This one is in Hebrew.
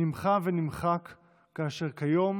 נמחה ונמחק כאשר כיום